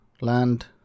land